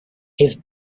his